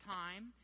time